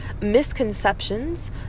misconceptions